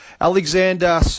Alexander